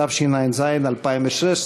התשע"ז 2016,